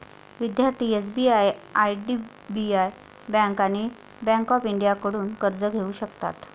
विद्यार्थी SBI IDBI bank आणि bank of इंडियाकडून कर्ज घेऊ शकतात